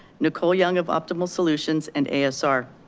nicole young of optimal solutions, and asr